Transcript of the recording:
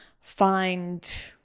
find